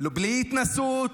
בלי התנשאות,